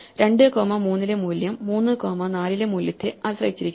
2 comma 3 ലെ മൂല്യം 3 comma 4 ലെ മൂല്യത്തെ ആശ്രയിച്ചിരിക്കുന്നു